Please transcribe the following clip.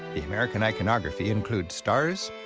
the american iconography includes stars,